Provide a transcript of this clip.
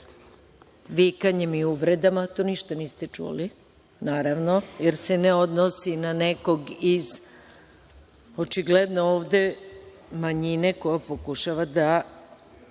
vikanjem i uvredama, to ništa niste čuli, naravno, jer se ne odnosi na nekog iz, očigledno ovde manjine koje pokušava da